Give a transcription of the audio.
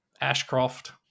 Ashcroft